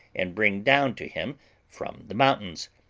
and bring down to him from the mountains,